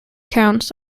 counts